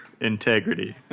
Integrity